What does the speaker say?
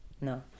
no